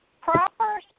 proper